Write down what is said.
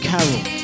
Carol